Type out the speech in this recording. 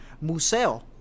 Museo